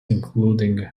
including